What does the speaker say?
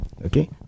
Okay